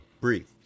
Breathe